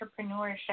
entrepreneurship